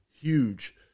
huge